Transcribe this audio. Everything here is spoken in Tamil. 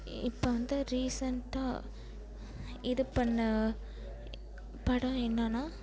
இப்போ வந்து ரீசெண்டாக இது பண்ண படம் என்னன்னா